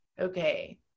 okay